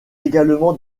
également